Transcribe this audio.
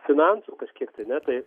finansų kažkiek tai ne tai